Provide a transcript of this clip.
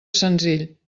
senzill